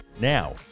Now